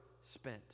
spent